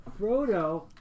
Frodo